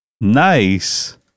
Nice